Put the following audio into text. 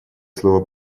слово